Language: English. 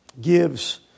gives